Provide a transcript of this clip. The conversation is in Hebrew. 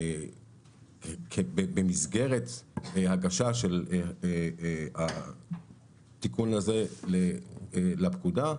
במסגרת הגשה של התיקון הזה לפקודה,